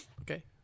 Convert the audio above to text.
okay